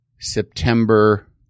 September